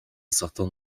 certain